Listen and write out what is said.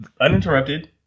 uninterrupted